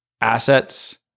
assets